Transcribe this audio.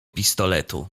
pistoletu